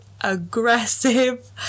aggressive